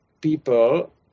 people